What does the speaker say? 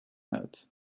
not